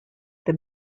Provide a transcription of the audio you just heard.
the